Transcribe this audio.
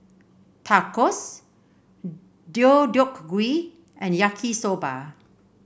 Tacos Deodeok Gui and Yaki Soba